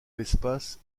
l’espace